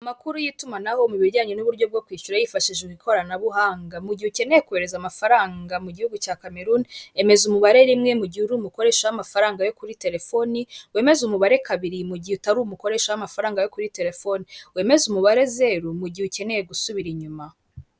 Amakuru y'itumanaho mu bijyanye n'uburyo bwo kwishyura yifashishije mu ikoranabuhanga mu gihe ukeneye kohereza amafaranga mu gihugu cya kameruni, emeza umubare rimwe mu gihe umukoresha w'amafaranga yo kuri telefoni, wemeze umubare kabiri mu gihe utari umukoresha w'amafaranga yo kuri telefone, wemeze umubare zeru mu gihe ukeneye gusubira inyuma.